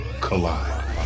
collide